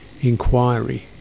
Inquiry